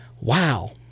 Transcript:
wow